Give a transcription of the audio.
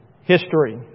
history